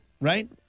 Right